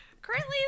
Currently